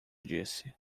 disse